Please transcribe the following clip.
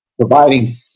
providing